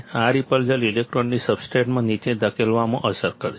આ રિપલ્ઝન ઇલેક્ટ્રોનને સબસ્ટ્રેટમાં નીચે ધકેલવામાં અસર કરશે